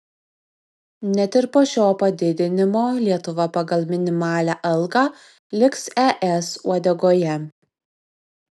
net ir po šio padidinimo lietuva pagal minimalią algą liks es uodegoje